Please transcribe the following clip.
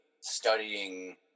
studying